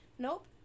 Nope